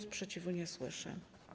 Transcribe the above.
Sprzeciwu nie słyszę.